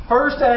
First